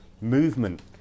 movement